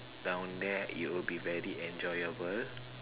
down there it would be very enjoyable